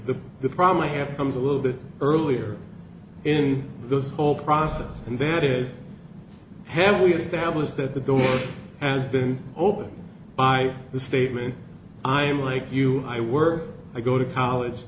the the problem i have comes a little bit earlier in this whole process and that is heavily established that the doors as been opened by the statement i'm like you i work i go to college